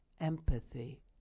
empathy